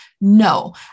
No